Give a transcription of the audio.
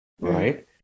right